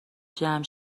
جمع